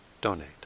donate